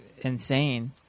insane